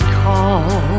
call